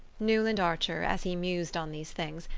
newland archer, as he mused on these things,